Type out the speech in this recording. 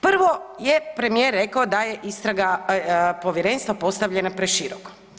Prvo je premijer rekao da je istraga Povjerenstva postavljena preširoko.